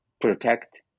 protect